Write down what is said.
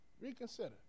Reconsider